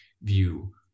view